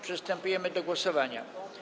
Przystępujemy do głosowania.